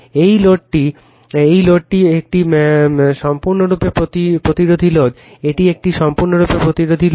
এই লোডটি একটি সম্পূর্ণরূপে প্রতিরোধী লোড এটি একটি সম্পূর্ণরূপে প্রতিরোধী লোড